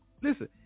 listen